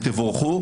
תבורכו.